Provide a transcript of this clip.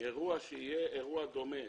אירוע שיהיה אירוע דומה